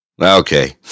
Okay